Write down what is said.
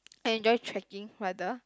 enjoy trekking weather